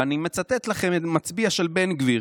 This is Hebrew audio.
ואני מצטט לכם מצביע של בן גביר: